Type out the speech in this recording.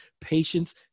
patience